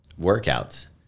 workouts